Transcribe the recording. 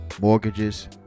mortgages